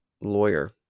lawyer